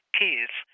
kids